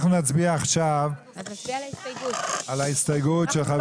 אנחנו נצביע עכשיו על ההסתייגות של חבר הכנסת רם בן ברק.